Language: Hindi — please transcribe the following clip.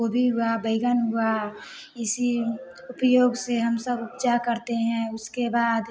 कोबी हुआ बैगन हुआ इसी उपयोग से हम सब करते हैं उसके बाद